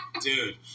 dude